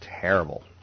terrible